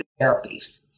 therapies